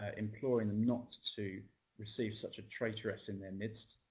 ah imploring them not to receive such a traitoress in their midst.